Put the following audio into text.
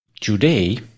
today